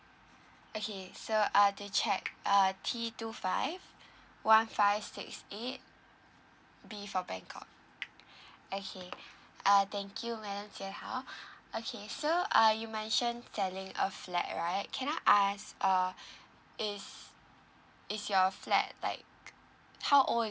okay so uh to check uh T two five one five six eight B for bangkok okay uh thank you madam jianhao okay so uh you mentioned selling a flat right can I ask uh is is your flat like how old